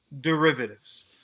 derivatives